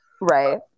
right